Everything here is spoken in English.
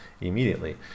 immediately